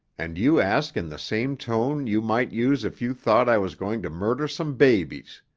and you ask in the same tone you might use if you thought i was going to murder some babies,